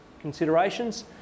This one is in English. considerations